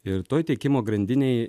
ir toj tiekimo grandinėj